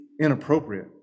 inappropriate